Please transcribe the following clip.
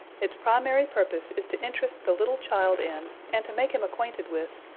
its primary purpose is to interest the little child in, and to make him acquainted with,